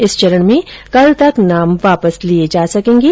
इस चरण में कल तक नाम वापस लिये जा सकेंगे